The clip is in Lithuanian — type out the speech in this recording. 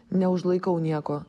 neužlaikau nieko